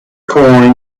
coin